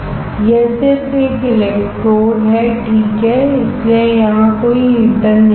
यह सिर्फ एक इलेक्ट्रोड है ठीक है इसीलिए यहाँ कोई हीटर नहीं है